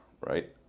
right